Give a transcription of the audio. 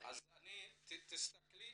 תסתכלי,